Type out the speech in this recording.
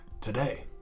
Today